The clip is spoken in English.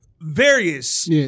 various